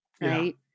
Right